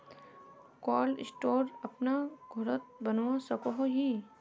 Cold store अपना घोरोत बनवा सकोहो ही?